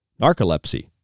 Narcolepsy